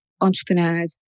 entrepreneurs